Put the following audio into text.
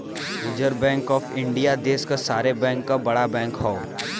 reserve bank of India देश क सारे बैंक क बड़ा बैंक हौ